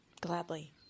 Gladly